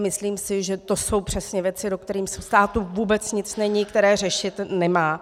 Myslím si, že to jsou přesně věci, do kterých státu vůbec nic není, které řešit nemá.